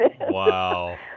Wow